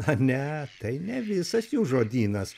a ne tai ne visas jų žodynas